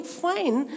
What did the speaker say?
fine